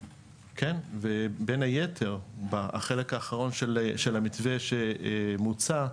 בין היתר, בחלק האחרון של המתווה שמוצע,